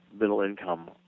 middle-income